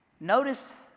notice